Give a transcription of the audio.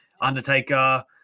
undertaker